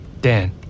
Dan